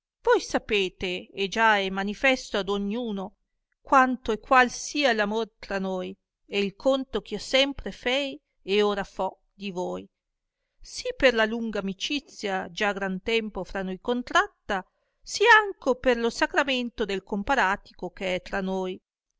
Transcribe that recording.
voi sapete e già è manifesto ad ogn uno quanto e qual sia l'amor tra noi e il conto eh io sempre fei e ora fo di voi o si per la lunga amicizia già gran tempo fra noi contratta sì anco per lo sacramento del comparatico che è tra noi